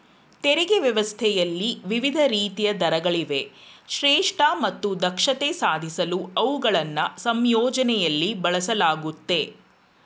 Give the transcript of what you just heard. ತೆರಿಗೆ ವ್ಯವಸ್ಥೆಯಲ್ಲಿ ವಿವಿಧ ರೀತಿಯ ದರಗಳಿವೆ ಶ್ರೇಷ್ಠ ಮತ್ತು ದಕ್ಷತೆ ಸಾಧಿಸಲು ಅವುಗಳನ್ನ ಸಂಯೋಜನೆಯಲ್ಲಿ ಬಳಸಲಾಗುತ್ತೆ